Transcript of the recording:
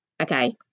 okay